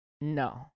no